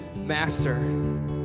Master